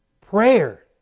Prayer